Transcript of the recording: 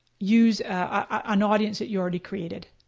use and audience that you've already created.